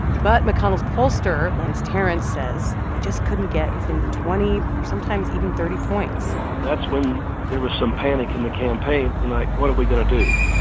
but mcconnell's pollster, lance tarrance, says they just couldn't get within twenty sometimes even thirty points that's when there was some panic in the campaign and, like, what are we going to do?